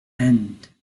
end